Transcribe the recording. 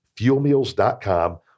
FuelMeals.com